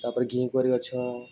ତା'ପରେ ଘିକୁଆଁରୀ ଗଛ